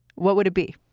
what would it be?